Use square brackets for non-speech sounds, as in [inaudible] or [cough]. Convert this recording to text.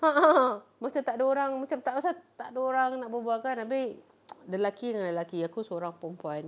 a'ah macam tak ada orang macam tak pasal tak ada orang nak berbual kan habis [noise] lelaki dengan lelaki aku seorang perempuan